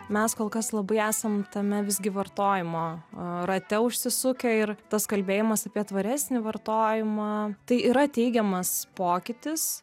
mes kol kas labai esam tame visgi vartojimo rate užsisukę ir tas kalbėjimas apie tvaresnį vartojimą tai yra teigiamas pokytis